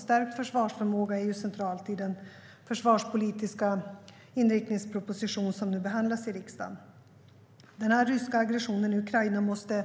Stärkt försvarsförmåga är centralt i den försvarspolitiska inriktningsproposition som nu behandlas i riksdagen. Den ryska aggressionen i Ukraina måste